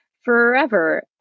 forever